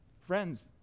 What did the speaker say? Friends